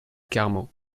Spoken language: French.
carmaux